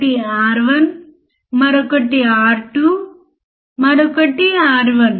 6 దగ్గర ఎక్కడో క్లిప్ చేస్తుంది